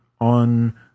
on